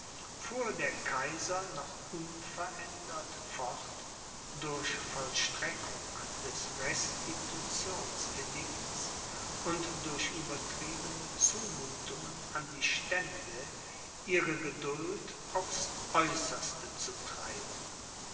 der kaiser noch unverändert fort durch vollstreckung des restitutionsedikts und durch übertriebene zumuthungen an die stände ihre geduld aufs aeußerste zu treiben